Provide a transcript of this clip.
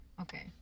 Okay